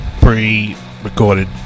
Pre-recorded